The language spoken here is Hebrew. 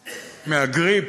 מהגריפ,